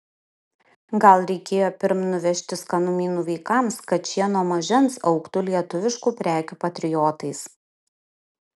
gal reikėjo pirm nuvežti skanumynų vaikams kad šie nuo mažens augtų lietuviškų prekių patriotais